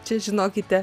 čia žinokite